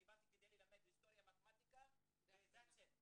אני באתי כדי ללמד היסטוריה או מתמטיקה ו-that's it,